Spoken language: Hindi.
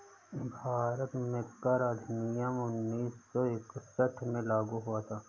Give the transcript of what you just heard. भारत में कर अधिनियम उन्नीस सौ इकसठ में लागू हुआ था